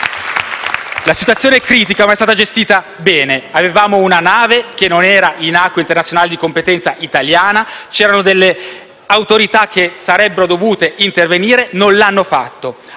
La situazione è critica, ma è stata gestita bene: c'era una nave che non si trovava in acque internazionali di competenza italiana e c'erano delle autorità che sarebbero dovute intervenire, ma non lo hanno fatto.